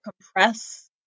compress